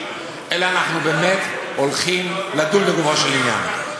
אלא אנחנו באמת הולכים לדון לגופו של עניין.